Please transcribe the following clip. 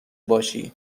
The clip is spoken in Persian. باشی